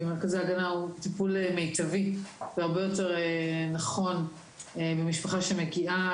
הוא טיפול מיטבי והרבה יותר נכון במשפחה שמגיעה